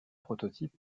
prototype